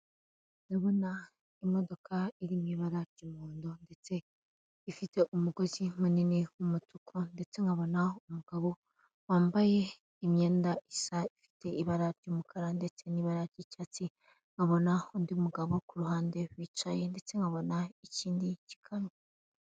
Ndabona imodoka iri mu ibara ry'umuhondo ndetse ifite umugozi munini w'umutuku ndetse nkabona umugabo wambaye imyenda isa ifite ibara ry'umukara ndetse'ira ry'icyatsi nkabona undi mugabo kuruhande wicaye ndetse nkabona ikindi gikamyo.